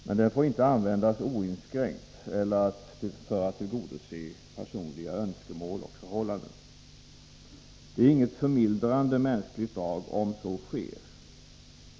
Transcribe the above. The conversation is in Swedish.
Men denna får inte användas oinskränkt eller för att tillgodose personliga önskemål och förhållanden. Det är inget förmildrande mänskligt drag om så sker.